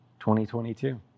2022